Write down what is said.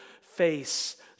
face